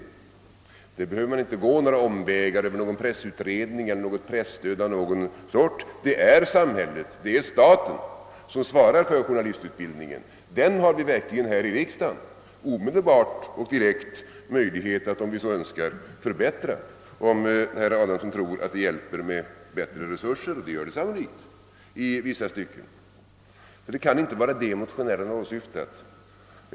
Men detta behöver man inte gå vägen över någon pressutredning eller över presstöd av något slag för att nå. Det är samhället, det är staten som svarar för journalistutbildningen. Den har vi verkligen här i riksdagen omedelbart och direkt möjlighet att, om vi så önskar, förbättra. Herr Adamsson tycktes ju tro att det hjälper med bättre resurser, och det gör det sannolikt i vissa stycken. Men det kan inte vara detta motionärerna åsyftat.